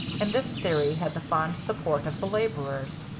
and this theory had the fond support of the laborers.